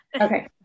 Okay